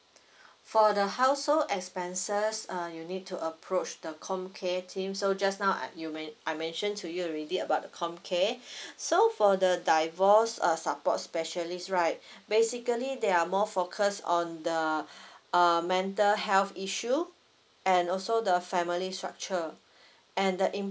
for the household expenses uh you need to approach the homecare team so just now I men~ I mention to you already about the homecare so for the divorce a support speciallist right basically they are more focus on the uh mental health issue and also the family structure and the